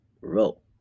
roll